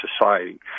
society